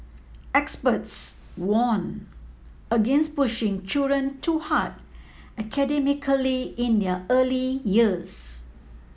experts warned against pushing children too hard academically in their early years